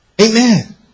amen